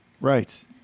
Right